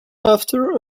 after